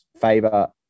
favor